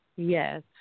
Yes